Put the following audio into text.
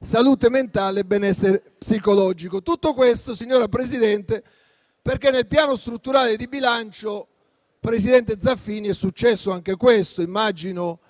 salute mentale e il benessere psicologico. Tutto questo, signora Presidente, perché nel Piano strutturale di bilancio, presidente Zaffini, è successo anche questo (immagino